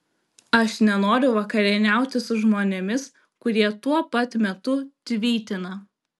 aš nenoriu vakarieniauti su žmonėmis kurie tuo pat metu tvytina